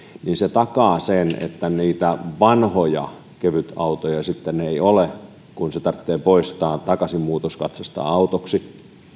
takaa sen että niitä vanhoja kevytautoja sitten ei ole kun se tarvitsee takaisin muutoskatsastaa autoksi